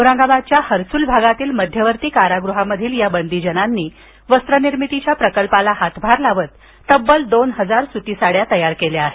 औरंगाबादच्या हर्सूल भागातील मध्यवर्ती कारागृहामधील या बंदीजनांनी वस्त्रनिर्मितीच्या प्रकल्पाला हातभार लावत तब्बल दोन हजार सुती साड्या तयार केल्या आहेत